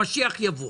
המשיח יבוא.